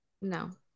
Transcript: no